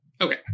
Okay